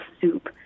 soup